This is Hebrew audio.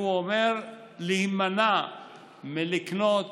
הוא אומר להימנע מלקנות